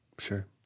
Sure